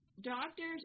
Doctors